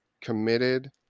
committed